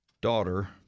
daughter